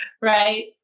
right